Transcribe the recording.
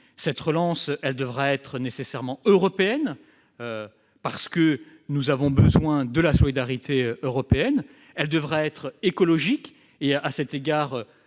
Cette relance devra nécessairement être européenne, parce que nous avons besoin de la solidarité européenne. Elle devra aussi être écologique- à cet égard,